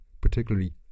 particularly